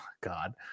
god